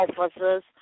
officers